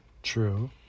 true